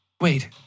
Wait